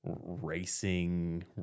racing